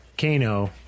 Kano